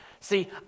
See